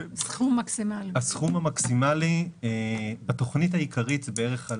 הסכום המקסימלי בתוכנית העיקרית זה בערך על